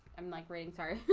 i'm like rain. sorry.